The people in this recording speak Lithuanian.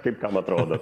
kaip kam atrodo